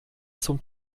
zum